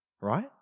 right